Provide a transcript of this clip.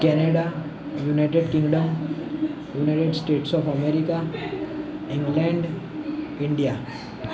Canada United Kingdom United States of America England India